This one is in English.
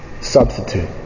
substitute